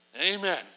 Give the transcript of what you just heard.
Amen